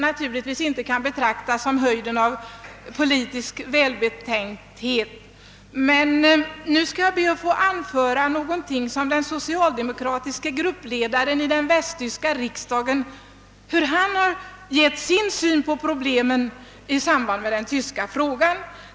Jag skall nu be att få anföra hur den socialdemokratiske gruppledaren i den västtyska riksdagen har givit sin syn på problemen i samband med den tyska frågan.